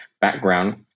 background